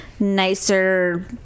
nicer